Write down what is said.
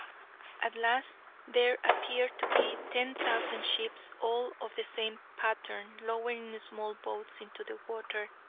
at last there appeared to be ten thousand ships all of the same pattern lowering small boats into the water,